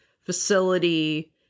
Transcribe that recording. facility